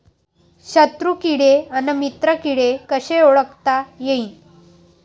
शत्रु किडे अन मित्र किडे कसे ओळखता येईन?